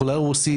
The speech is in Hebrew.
כולל רוסית,